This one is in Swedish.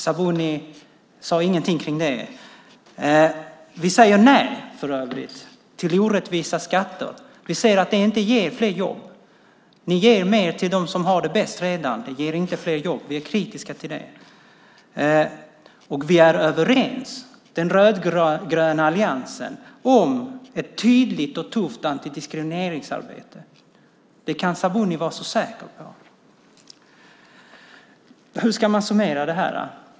Sabuni sade ingenting om det. Vi säger nej, för övrigt, till orättvisa skatter. Vi ser att det inte ger fler jobb. Ni ger mer till dem som redan har det bäst. Det ger inte fler jobb. Vi är kritiska till det. Vi är överens i den rödgröna alliansen om ett tydligt och tufft antidiskrimineringsarbete. Det kan Sabuni vara säker på. Hur ska man summera det här?